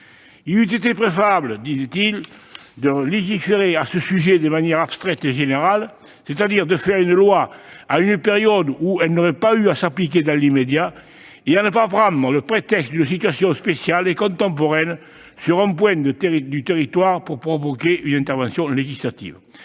il eût été préférable, disait-il, « de légiférer à ce sujet de manière abstraite et générale, c'est-à-dire de faire une loi en une période où elle n'aurait pas eu à s'appliquer dans l'immédiat et de ne pas prendre le prétexte d'une situation spéciale et contemporaine sur un point du territoire pour provoquer une intervention législative